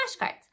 flashcards